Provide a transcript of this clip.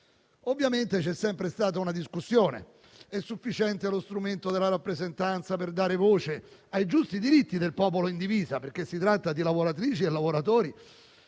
Ovviamente c'è sempre stata una discussione: è sufficiente lo strumento della rappresentanza per dare voce ai giusti diritti del popolo in divisa? Si tratta infatti di lavoratrici e lavoratori